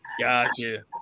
Gotcha